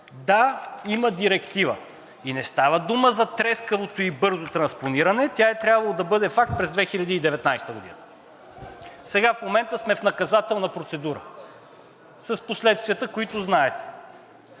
Да, има Директива и не става дума за трескавото ѝ бързо транспониране – тя е трябвало да бъде факт през 2019 г. Сега в момента сме в наказателна процедура с последствията, които знаете.